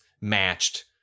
matched